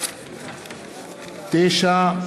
9. א.